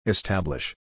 Establish